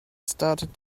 started